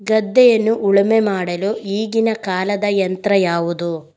ಗದ್ದೆಯನ್ನು ಉಳುಮೆ ಮಾಡಲು ಈಗಿನ ಕಾಲದ ಯಂತ್ರ ಯಾವುದು?